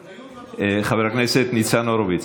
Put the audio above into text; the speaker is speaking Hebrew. חבר הכנסת ניצן הורוביץ,